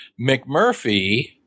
McMurphy